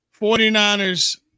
49ers